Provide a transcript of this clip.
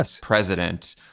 president